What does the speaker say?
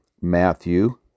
Matthew